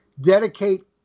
dedicate